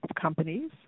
companies